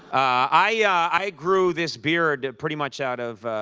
i grew this beard pretty much out of